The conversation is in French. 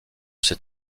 ces